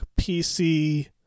PC